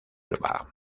elba